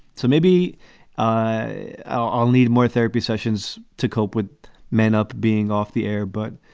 so maybe i'll need more therapy sessions to cope with men up being off the air. but